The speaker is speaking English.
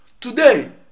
Today